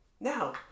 Now